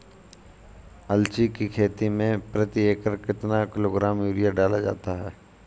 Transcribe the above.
अलसी की खेती में प्रति एकड़ कितना किलोग्राम यूरिया डाला जाता है?